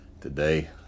today